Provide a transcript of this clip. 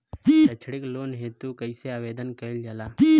सैक्षणिक लोन हेतु कइसे आवेदन कइल जाला?